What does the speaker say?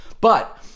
but-